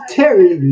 Terry